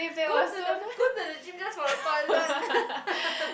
go to the go to the gym just for the toilet